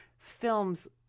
Films